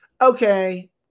okay